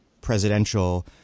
presidential